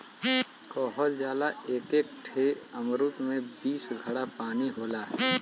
कहल जाला एक एक ठे अमरूद में बीस घड़ा क पानी होला